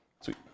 Sweet